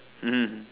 mmhmm